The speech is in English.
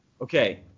Okay